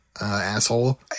asshole